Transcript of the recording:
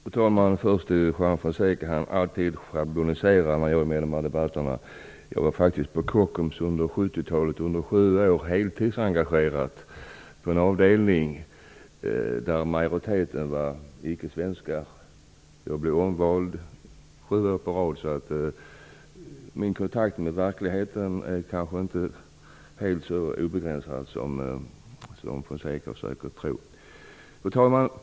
Fru talman! Först vill jag vända mig till Juan Fonseca som alltid schabloniserar när jag är med i debatten. Jag var faktiskt på Kockums under 70-talet och under sju år heltidsengagerad på en avdelning där majoriteten icke var svenskar. Jag blev omvald sju år i rad, så min kontakt med verkligheten är kanske inte fullt så begränsad som Juan Fonseca tror. Fru talman!